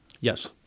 yes